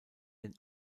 den